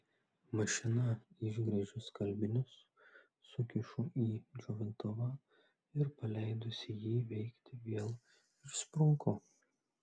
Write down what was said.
mašina išgręžiu skalbinius sukišu į džiovintuvą ir paleidusi jį veikti vėl išsprunku